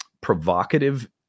provocative